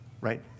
right